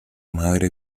madre